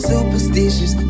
Superstitious